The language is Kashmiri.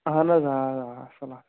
اَہَن حظ آ آ اَصٕل اَصٕل